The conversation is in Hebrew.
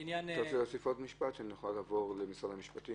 האם אתה רוצה להוסיף עוד משפט שנוכל לעבור למשרד המשפטים,